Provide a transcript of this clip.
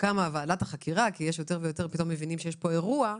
קמה ועדת חקירה אחרי שמבינים שיש פה אירוע,